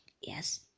Yes